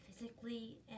physically